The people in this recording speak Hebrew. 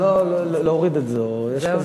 להסיר את זה.